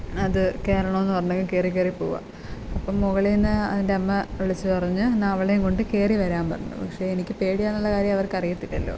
അത് കയറണമെന്ന് പറഞ്ഞങ്ങ് കയറി കയറി പോവുവാണ് അപ്പം മുകളിൽ നിന്ന് അതിൻ്റെ അമ്മ വിളിച്ച് പറഞ്ഞു എന്നാൽ അവളെയും കൊണ്ട് കയറി വരാൻ പറഞ്ഞു പക്ഷേ എനിക്ക് പേടിയാണെന്നുള്ള കാര്യം അവർക്ക് അറിയില്ലല്ലോ